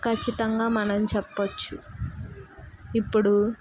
ఖచ్చితంగా మనం చెప్పవచ్చు ఇప్పుడు